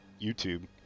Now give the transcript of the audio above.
YouTube